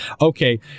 Okay